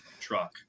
truck